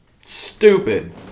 stupid